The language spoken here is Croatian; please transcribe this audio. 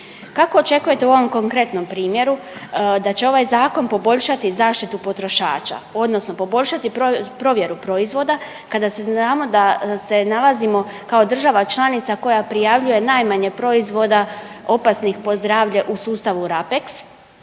Kako očekujete u ovom konkretnom primjeru da će ovaj Zakon poboljšati zaštitu potrošača, odnosno poboljšati provjeru proizvoda kada znamo da se nalazimo kao država članica koja prijavljuje najmanje proizvoda opasnih po zdravlje u sustavu Rapeks,